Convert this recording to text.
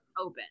open